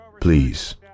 Please